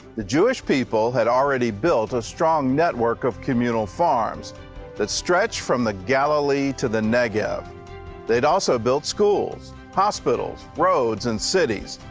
the jewish people had already built a strong network of communal farms that stretched from the galilee to the negev. and they had also built schools, hospitals, roads, and cities.